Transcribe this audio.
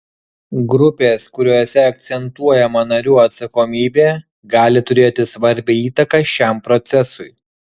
grupės kuriose akcentuojama narių atsakomybė gali turėti svarbią įtaką šiam procesui